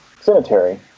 cemetery